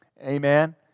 Amen